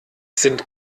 sind